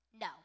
No